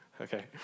Okay